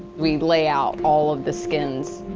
we lay out all of the skins.